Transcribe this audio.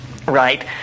Right